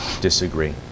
disagree